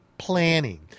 planning